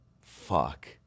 fuck